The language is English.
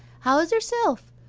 how's yerself?